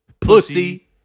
Pussy